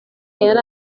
yari